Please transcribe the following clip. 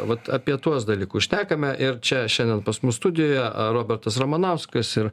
vat apie tuos dalykus šnekame ir čia šiandien pas mus studijoje a robertas ramanauskas ir